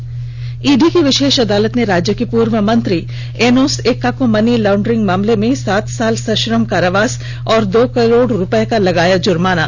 त् ईडी की विषेष अदालत ने राज्य के पूर्व मंत्री एनोस एक्का को मनी लाउडरिंग मामले में सात साल सश्रम कारावास और दो करोड़ रुपए का लगाया जुर्माना